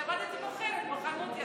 עבדתי כמוכרת בחנות.